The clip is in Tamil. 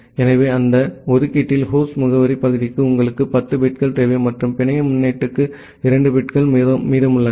எனவே அந்த ஒதுக்கீட்டில் ஹோஸ்ட் முகவரிபகுதிக்கு உங்களுக்கு 10 பிட்கள் தேவை மற்றும் பிணைய முன்னொட்டுக்கு 2 பிட்கள் மீதமுள்ளன